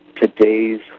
today's